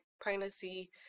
pregnancy